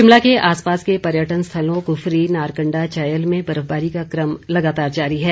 शिमला के आसपास के पर्यटन स्थलों कुफरी नारकंडा चायल में बर्फबारी का क्रम लगातार जारी है